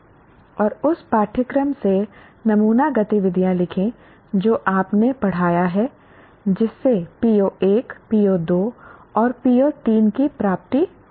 और उस पाठ्यक्रम से नमूना गतिविधियां लिखें जो आपने पढ़ाया है जिससे PO1 PO2 और PO3 की प्राप्ति हो सकती है